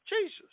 Jesus